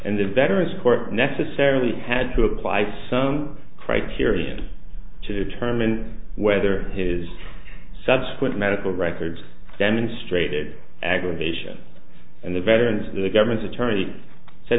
and the veterans court necessarily had to apply some criterion to determine whether his subsequent medical records demonstrated aggravation and the veterans the government's attorney said